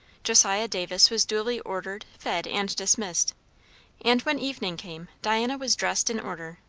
josiah davis was duly ordered, fed, and dismissed and when evening came, diana was dressed in order,